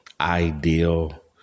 ideal